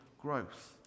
growth